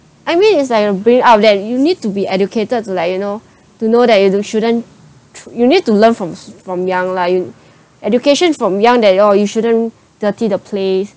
I mean it's like to bring up that you need to be educated to like you know to know that and you shouldn't tr~ you need to learn from s~ from young lah you education is from young that orh you shouldn't dirty the place